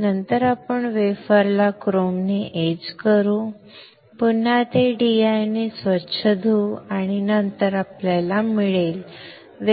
नंतर आपण वेफरला क्रोमने एच करून पुन्हा ते DI ने स्वच्छ करू आणि नंतर आपल्याला मिळेल